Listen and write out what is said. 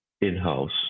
in-house